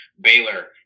baylor